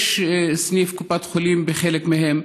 יש סניף קופת חולים בחלק מהם,